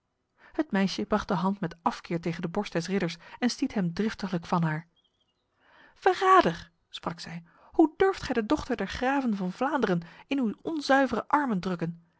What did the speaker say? het meisje bracht de hand met afkeer tegen de borst des ridders en stiet hem driftiglijk van haar verrader sprak zij hoe durft gij de dochter der graven van vlaanderen in uw onzuivere armen drukken